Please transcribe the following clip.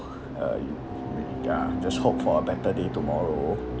uh you ya just hope for a better day tomorrow